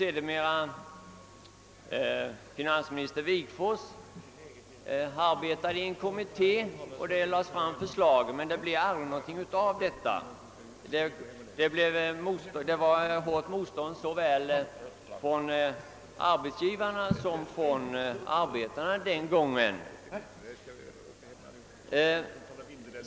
Sedermera finansminister Wigforss var ordförande i kommittén som lade fram förslag, men det blev aldrig någonting därav. Det var motstånd från såväl arbetsgivarna som arbetarna den gången.